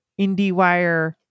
IndieWire